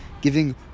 giving